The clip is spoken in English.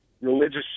religious